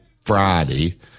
Friday